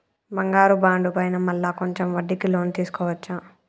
బంగారు బాండు పైన మళ్ళా కొంచెం వడ్డీకి లోన్ తీసుకోవచ్చా?